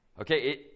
Okay